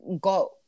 got